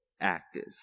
active